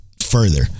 further